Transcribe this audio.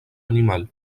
animales